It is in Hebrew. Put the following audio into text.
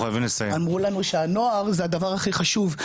אמרו לנו שהנוער זה הדבר הכי חשוב,